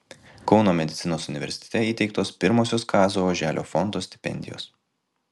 kauno medicinos universitete įteiktos pirmosios kazio oželio fondo stipendijos